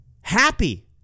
happy